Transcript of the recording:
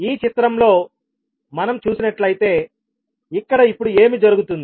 ఈ చిత్రంలో మనం చూసినట్లయితే ఇక్కడ ఇప్పుడు ఏమి జరుగుతుంది